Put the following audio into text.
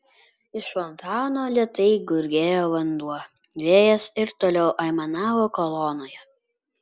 iš fontano lėtai gurgėjo vanduo vėjas ir toliau aimanavo kolonoje